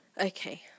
Okay